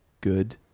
good